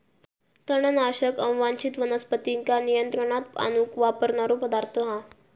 तणनाशक अवांच्छित वनस्पतींका नियंत्रणात आणूक वापरणारो पदार्थ हा